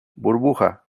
burbuja